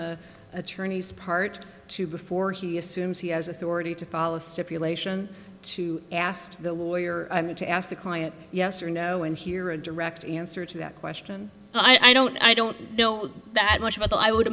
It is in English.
attorneys part two before he assumes he has authority to follow a stipulation to ask the lawyer to ask the client yes or no and hear a direct answer to that question but i don't i don't know that much about that i would